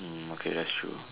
hmm okay that's true